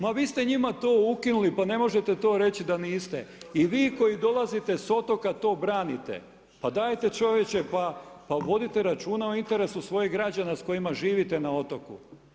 Ma vi ste njima to ukinuli, pa ne možete to reći da niste i vi koji dolazite sa otoka to branite, pa dajte čovječe, pa vodite računa o interesu svojih građana s kojima živite na otoku.